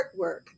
artwork